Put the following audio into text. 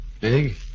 Big